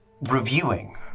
Reviewing